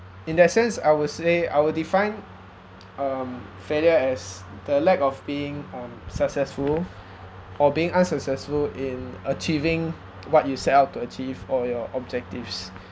in that sense I would say I will define um failure as the lack of being um successful or being unsuccessful in achieving what you set out to achieve or your objectives